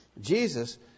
Jesus